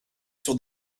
sur